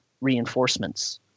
reinforcements